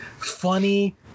funny